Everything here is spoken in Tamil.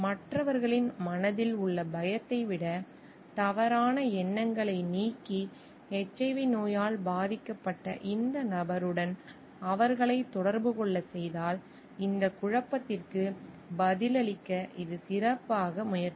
மற்றவர்களின் மனதில் உள்ள பயத்தை விட தவறான எண்ணங்களை நீக்கி HIV நோயால் பாதிக்கப்பட்ட இந்த நபருடன் அவர்களை தொடர்பு கொள்ளச் செய்தால் இந்த குழப்பத்திற்கு பதிலளிக்க இது சிறப்பாக முயற்சிக்கும்